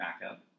backup